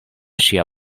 ŝia